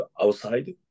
outside